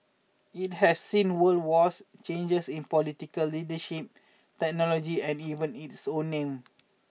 it has seen world wars changes in political leadership technology and even its own name